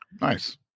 Nice